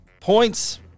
points